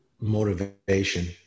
motivation